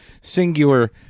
singular